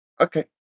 Okay